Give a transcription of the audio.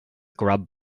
grub